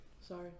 Sorry